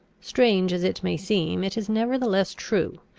strange as it may seem, it is nevertheless true,